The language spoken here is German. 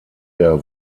der